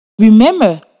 Remember